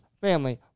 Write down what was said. family